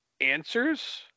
answers